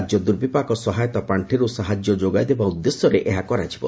ରାଜ୍ୟ ଦୁର୍ବିପାକ ସହାୟତା ପାର୍ଷିରୁ ସାହାଯ୍ୟ ଯୋଗାଇ ଦେବା ଉଦ୍ଦେଶ୍ୟରେ ଏହା କରାଯିବ